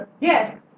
Yes